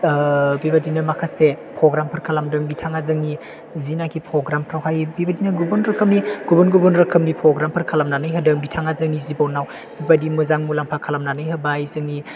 बेबायदिनो माखासे प्रग्रामफोर खालामदों बिथाङा जोंनि जायनोखि पग्रामफ्रावहाय बेबायदिनो गुबुन रोखोमनि गुबुन गुबुन रोखोमनि प्रग्रामफोर खालामनानै होदों बिथाङा जोंनि जिब'नाव बेबायदि मोजां मुलाम्फा खालामनानै होबाय जोंनि